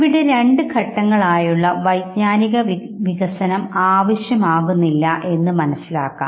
ഇവിടെ രണ്ട് ഘട്ടങ്ങൾ ആയിട്ടുള്ള വൈജ്ഞാനിക വികസനം ആവശ്യം ആകുന്നില്ല എന്ന് മനസ്സിലാക്കാം